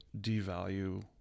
devalue